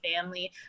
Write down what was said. family